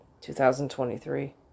2023